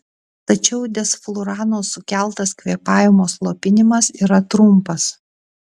tačiau desflurano sukeltas kvėpavimo slopinimas yra trumpas